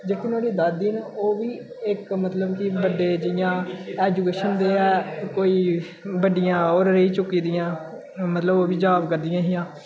जेह्की नुहाड़ी दादी न ओह् बी इक मतलब कि बड्डे जियां एजुकेशन दियां कोई बड्डियां ओह् रेही चुकी दियां मतलब ओह बी जाब करदियां हियां